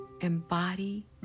embody